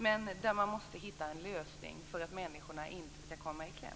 Men man måste hitta en lösning för att människorna inte skall komma i kläm.